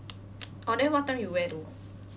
oh then what time you wear though